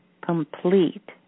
complete